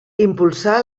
impulsà